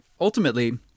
ultimately